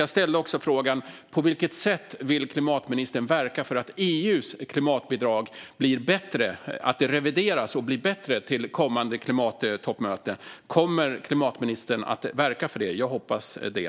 Jag ställde också frågan på vilket sätt klimatministern vill verka för att EU:s klimatbidrag revideras och blir bättre till kommande klimattoppmöten. Kommer klimatministern att verka för det? Jag hoppas det.